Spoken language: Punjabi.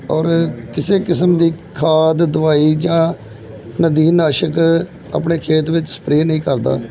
ਔਰ ਕਿਸੇ ਕਿਸਮ ਦੀ ਖਾਦ ਦਵਾਈ ਜਾਂ ਨਦੀਨ ਨਾਸ਼ਕ ਆਪਣੇ ਖੇਤ ਵਿੱਚ ਸਪਰੇਅ ਨਹੀਂ ਕਰਦਾ